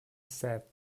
said